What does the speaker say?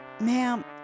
Ma'am